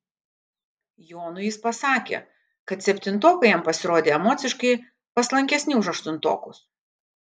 jonui jis pasakė kad septintokai jam pasirodė emociškai paslankesni už aštuntokus